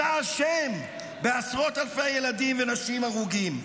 אתה אשם בעשרות אלפי ילדים ונשים הרוגים.